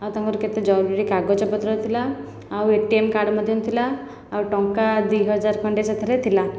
ଆଉ ତାଙ୍କର କେତେ ଜରୁରୀ କାଗଜ ପତ୍ର ଥିଲା ଆଉ ଏ ଟି ଏମ କାର୍ଡ଼ ମଧ୍ୟ ଥିଲା ଆଉ ଟଙ୍କା ଦୁଇ ହଜାର ଖଣ୍ଡେ ସେଥିରେ ଥିଲା